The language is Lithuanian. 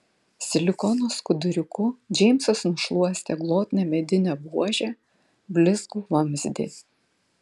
silikono skuduriuku džeimsas nušluostė glotnią medinę buožę blizgų vamzdį